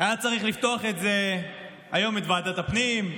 היה צריך לפתוח בזה היום את ועדת הפנים.